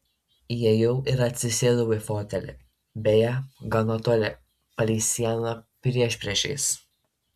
įėjau ir atsisėdau į fotelį beje gana toli palei sieną priešpriešiais